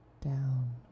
down